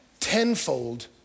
tenfold